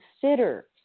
consider